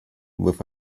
with